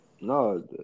No